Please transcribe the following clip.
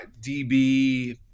db